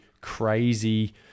crazy